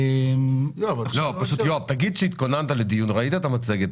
זאת הייתה המחשבה אז,